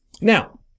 Now